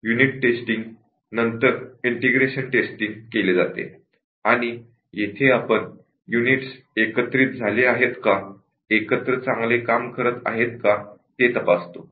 unit testing नंतर integration testing केले जाते आणि येथे आपण युनिटस एकत्रित झाले आहेत का एकत्र चांगले काम करत आहेत का ते तपासतो